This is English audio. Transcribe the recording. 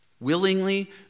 Willingly